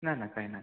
ना ना कांय ना